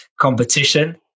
competition